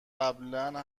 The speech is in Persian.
قبلنا